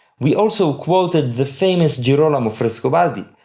we also quoted the famous girolamo frescobaldi,